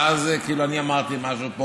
ואז יצא שאמרתי פה משהו,